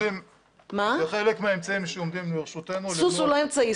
זה חלק מהאמצעים שעומדים לרשותנו --- סוס הוא לא אמצעי,